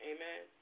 Amen